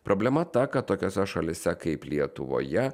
problema ta kad tokiose šalyse kaip lietuvoje